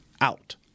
out